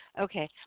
Okay